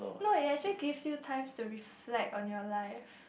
no it actually gives you time to reflect on your life